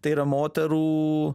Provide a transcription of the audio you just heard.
tai yra moterų